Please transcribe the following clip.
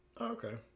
okay